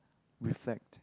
reflect